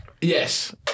Yes